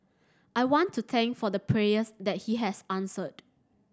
I want to thank for the prayers that he has answered